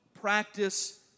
practice